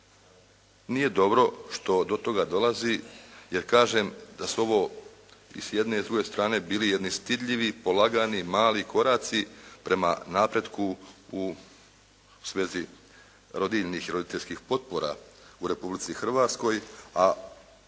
nije dobro što do toga dolazi, jer kažem da su ovo i s jedne i s druge strane bili jedni stidljivi, polagani mali koraci prema napretku u svezi rodiljnih i roditeljskih potpora u Republici Hrvatskoj, a naslov